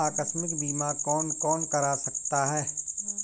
आकस्मिक बीमा कौन कौन करा सकता है?